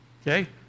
Okay